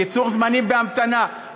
קיצור זמנים בהמתנה,